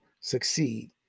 succeed